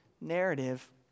narrative